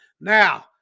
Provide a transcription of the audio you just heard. Now